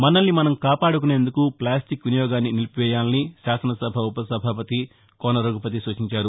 మనల్ని మనం కాపాడుకునేందుకు ప్లాస్టిక్ వినియోగాన్ని నిలిపివేయాలని శాసనసభ ఉపసభాపతి కోన రఘుపతి సూచించారు